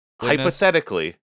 hypothetically